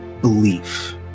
belief